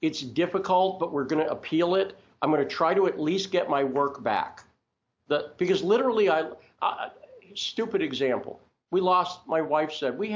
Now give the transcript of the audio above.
it's difficult but we're going to appeal it i'm going to try to at least get my work back because literally stupid example we lost my wife said we